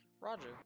Roger